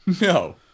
No